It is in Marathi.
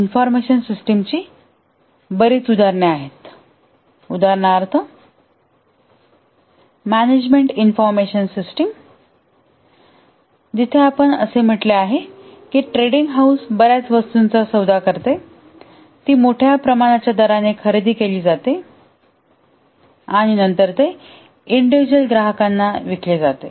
इन्फॉर्मेशन सिस्टिमची बरीच उदाहरणे आहेत उदाहरणार्थ मॅनेजमेंट इन्फॉर्मेशन सिस्टम जिथे आपण असे म्हटले पाहिजे की ट्रेडिंग हाऊस बर्याच वस्तूंचा सौदा करते ती मोठ्या प्रमाणाच्या दराने खरेदी केली जाते आणि नंतर ते इंडिविज्युअल ग्राहकांना विकली जाते